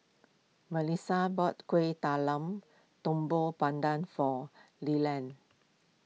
Mellissa bought Kueh Talam Tepong Pandan for Leland